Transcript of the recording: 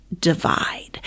divide